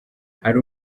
hari